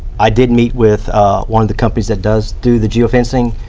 i did meet with one of the companies that does do the geofencing.